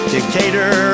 Dictator